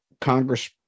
Congress